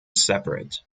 separate